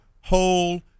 whole